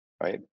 right